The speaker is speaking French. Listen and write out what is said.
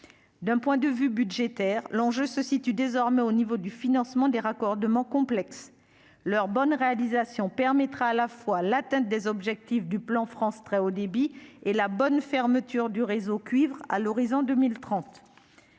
d'un point de vue budgétaire, l'enjeu se situe désormais au niveau du financement des raccordements complexe leur bonne réalisation permettra à la fois l'atteinte des objectifs du plan France très haut débit et la bonne fermeture du réseau cuivre à l'horizon 2030,